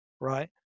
right